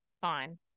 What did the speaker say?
fine